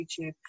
YouTube